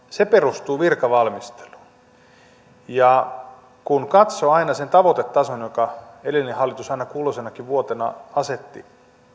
se perustuu virkavalmisteluun ja kun katsoo aina sen tavoitetason jonka edellinen hallitus kulloisenakin vuotena asetti